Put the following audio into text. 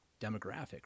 demographic